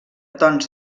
tons